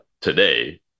today